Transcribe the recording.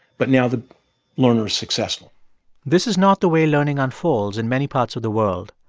but now the learner's successful this is not the way learning unfolds in many parts of the world.